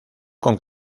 con